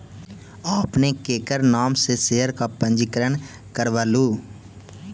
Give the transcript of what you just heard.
आपने केकर नाम से शेयर का पंजीकरण करवलू